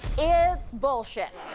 it's bullshit.